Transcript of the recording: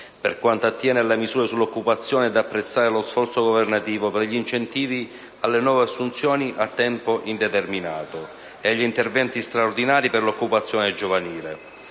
Per quanto attiene alle misure sull'occupazione è da apprezzare lo sforzo governativo per gli incentivi alle nuove assunzioni a tempo indeterminato e gli interventi straordinari per l'occupazione giovanile